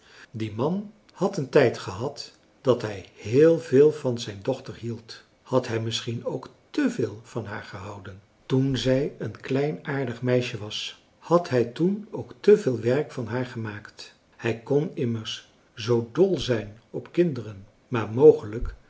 die man had een tijd gehad dat hij heel veel van zijn dochter hield had hij misschien ook te veel van haar gehouden toen zij een klein aardig meisje was had hij toen ook te veel werk van haar gemaakt hij kon immers nog zoo dol zijn op kinderen maar mogelijk